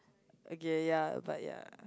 okay ya but ya